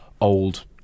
old